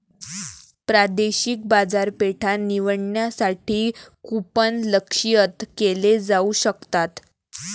प्रादेशिक बाजारपेठा निवडण्यासाठी कूपन लक्ष्यित केले जाऊ शकतात